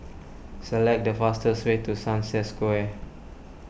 select the fastest way to Sunset Square